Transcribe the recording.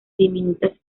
diminutas